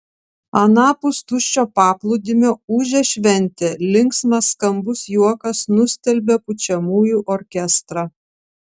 anapus tuščio paplūdimio ūžė šventė linksmas skambus juokas nustelbė pučiamųjų orkestrą